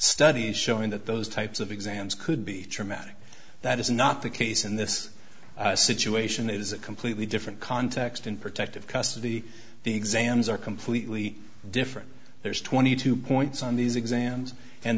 studies showing that those types of exams could be traumatic that is not the case in this situation it is a completely different context in protective custody the exams are completely different there's twenty two points on these exams and